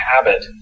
habit